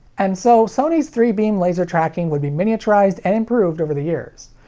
and so, sony's three-beam laser tracking would be miniaturized and improved over the years.